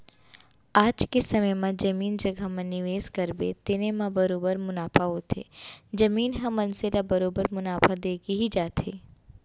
आज के समे म जमीन जघा म निवेस करबे तेने म बरोबर मुनाफा होथे, जमीन ह मनसे ल बरोबर मुनाफा देके ही जाथे